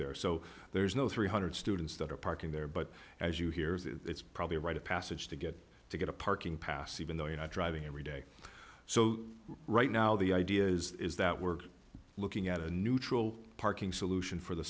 there so there's no three hundred students that are parking there but as you hear is it's probably a rite of passage to get to get a parking pass even though you are driving every day so right now the idea is that we're looking at a neutral parking solution for the